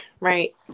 Right